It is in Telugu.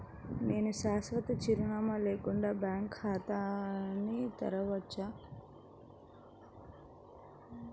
నేను శాశ్వత చిరునామా లేకుండా బ్యాంక్ ఖాతా తెరవచ్చా?